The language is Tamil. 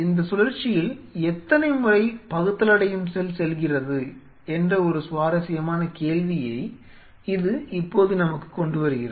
இந்தச் சுழற்சியில் எத்தனை முறை பகுத்தலடையும் செல் செல்கிறது என்ற ஒரு சுவாரஸ்யமான கேள்வியை இது இப்போது நமக்குக் கொண்டுவருகிறது